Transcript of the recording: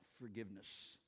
forgiveness